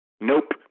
nope